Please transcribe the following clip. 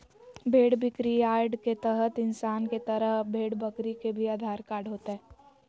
भेड़ बिक्रीयार्ड के तहत इंसान के तरह अब भेड़ बकरी के भी आधार कार्ड होतय